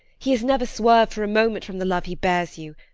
he has never swerved for a moment from the love he bears you.